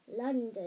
London